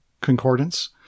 Concordance